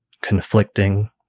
conflicting